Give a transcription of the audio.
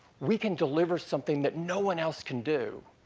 we can deliver something that no one else can do.